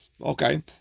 okay